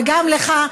וגם לך,